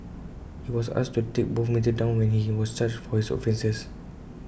he was asked to take both materials down when he was charged for his offences